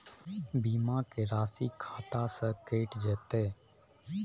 बीमा के राशि खाता से कैट जेतै?